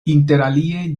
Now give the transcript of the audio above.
interalie